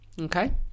Okay